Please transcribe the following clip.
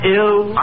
ill